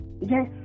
Yes